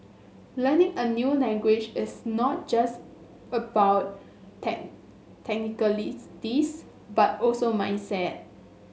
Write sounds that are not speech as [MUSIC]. learning a new language is not just about tech [UNINTELLIGIBLE] but also mindset